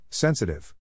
Sensitive